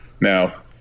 Now